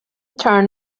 turn